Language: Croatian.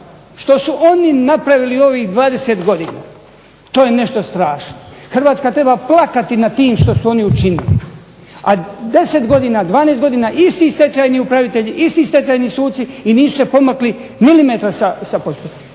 Što su oni napravili u ovih 20 godina to je nešto strašno. Hrvatska treba plakati nad tim što su oni učinili, a 10 godina, 12 godina isti stečajni upravitelji, isti stečajni suci i nisu se pomakli milimetra sa …/Ne